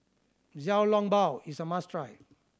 Xiao Long Bao is a must try